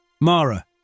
Mara